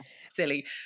silly